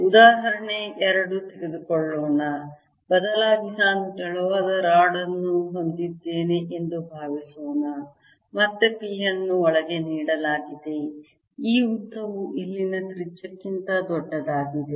ಉದಾಹರಣೆ ಎರಡು ತೆಗೆದುಕೊಳ್ಳೋಣ ಬದಲಾಗಿ ನಾನು ತೆಳುವಾದ ರಾಡ್ ಅನ್ನು ಹೊಂದಿದ್ದೇನೆ ಎಂದು ಭಾವಿಸೋಣ ಮತ್ತೆ p ಅನ್ನು ಒಳಗೆ ನೀಡಲಾಗಿದೆ ಈ ಉದ್ದವು ಇಲ್ಲಿನ ತ್ರಿಜ್ಯಕ್ಕಿಂತ ದೊಡ್ಡದಾಗಿದೆ